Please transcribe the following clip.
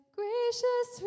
gracious